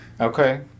Okay